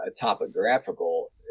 topographical